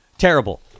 Terrible